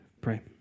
Pray